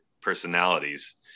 personalities